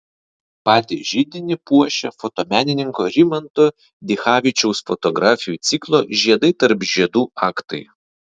patį židinį puošia fotomenininko rimanto dichavičiaus fotografijų ciklo žiedai tarp žiedų aktai